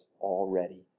already